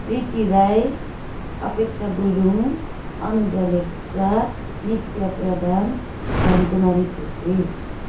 Preeti Rai Apeksha Gurung Anuja Lepcha Nitya Pradhan Dhankumari Chhetri